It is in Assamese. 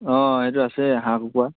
অঁ এইটো আছে হাঁহ কুকুৰা